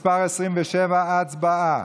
מס' 27. הצבעה.